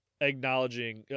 acknowledging